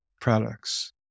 products